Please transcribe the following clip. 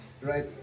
right